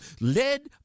led